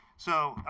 so,